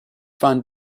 van